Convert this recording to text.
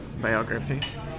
biography